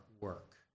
work